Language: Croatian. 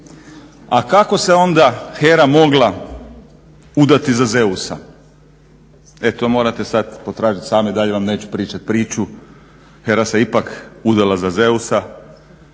A kako se onda HERA mogla udati za Zeusa? E to morate sad potražiti sami, dalje vam neću pričati priču. Hera se ipak udala za Zeusa,